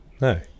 No